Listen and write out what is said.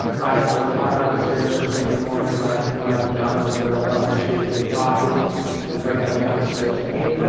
i had to climb down the stairs first thing in the morning in my in my pajamas and go across the street to get coffee and bring it back up the stairs to amy, like,